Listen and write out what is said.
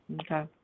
Okay